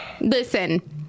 Listen